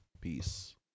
Peace